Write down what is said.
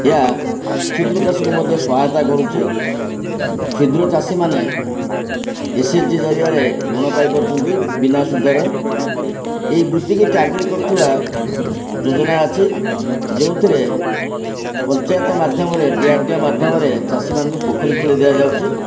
ଏୟା କ୍ଷୁଦ୍ର ଚାଷକୁ ମଧ୍ୟ ସହାୟତା କରୁଛି କ୍ଷୁଦ୍ର ଚାଷୀମାନେ ଏସ ଏଚ ଜି ଜରିଆରେ ଋଣ ପାଇପାରୁଛନ୍ତି ବିନା ଶୁଦ୍ଧରେ ଏଇ ବୃତ୍ତିକି ଟାର୍ଗେଟ୍ କରୁଥିବା ଯୋଜନା ଅଛି ଯେଉଁଥିରେ ପଞ୍ଚାଯତ ମାଧ୍ୟମରେ ଡି ଆର ଡ଼ି ମାଧ୍ୟମରେ ଚାଷୀମାନଙ୍କୁ ପୋଖରୀ ଖୋଳେଇ ଦିଆଯାଉଛି